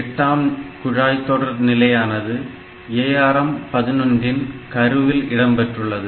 8 ஆம் குழாய் தொடர் நிலையானது ARM 11 இன் கருவில் இடம்பெற்றுள்ளது